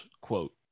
quote